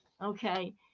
Okay